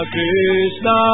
Krishna